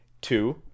two